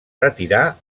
retirà